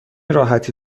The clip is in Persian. راحتی